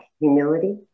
humility